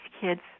kids